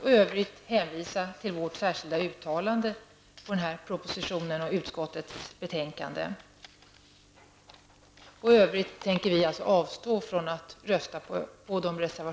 I övrigt hänvisar jag till vårt särskilda yttrande med anledning av propositionen och utskottets betänkande. Beträffande övriga reservationer avstår vi från att rösta.